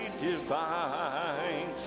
divine